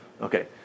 Okay